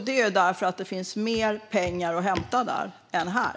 Det är för att det finns mer pengar att hämta där.